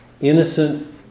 innocent